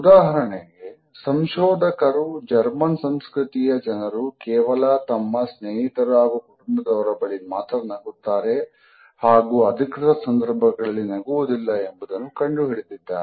ಉದಾಹರಣೆ ಸಂಶೋಧಕರು ಜರ್ಮನ್ ಸಂಸ್ಕೃತಿಯ ಜನರು ಕೇವಲ ತಮ್ಮ ಸ್ನೇಹಿತರು ಹಾಗೂ ಕುಟುಂಬದವರ ಬಳಿ ಮಾತ್ರ ನಗುತ್ತಾರೆ ಹಾಗೂ ಅಧಿಕೃತ ಸಂದರ್ಭಗಳಲ್ಲಿ ನಗುವುದಿಲ್ಲ ಎಂಬುದನ್ನು ಕಂಡು ಹಿಡಿದಿದ್ದಾರೆ